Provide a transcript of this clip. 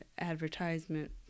advertisement